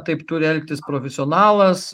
taip turi elgtis profesionalas